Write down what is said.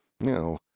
No